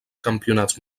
campionats